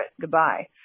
goodbye